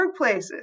workplaces